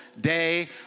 day